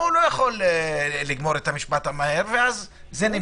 הוא לא יכול לגמור את המשפט וזה נמשך.